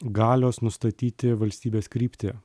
galios nustatyti valstybės kryptį